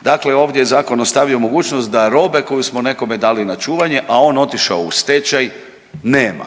Dakle, ovdje je zakon ostavio mogućnost da robe koju smo nekome dali na čuvanje, a ono otišao u stečaj nema.